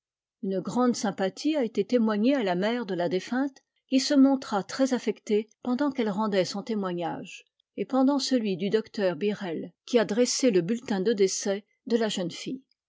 une grande sympathie a été témoignée à la mère de la défunte qui se montra très affectée pendant qu'elle rendait son témoignage et pendant celui du d r birrell qui a dressé le bulletin de décès de la jeune fille